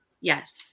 Yes